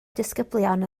disgyblion